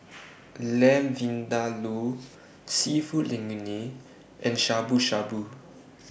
Lamb Vindaloo Seafood Linguine and Shabu Shabu